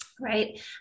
right